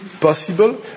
possible